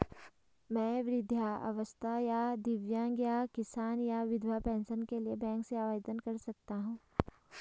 मैं वृद्धावस्था या दिव्यांग या किसान या विधवा पेंशन के लिए बैंक से आवेदन कर सकता हूँ?